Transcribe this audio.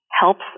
helps